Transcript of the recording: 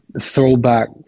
throwback